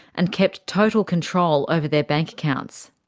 and kept total control over their bank accounts.